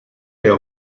der